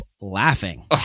laughing